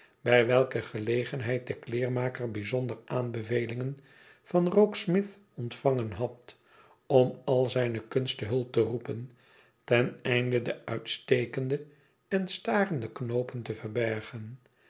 bij welke gelegenheid de kleermaker bijzondere aanbevelingen van rokesmith ontvangen had om al zijne kunst te hulp te roepen ten einde de uitstekende en starende knoopen te verbergen